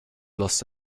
lost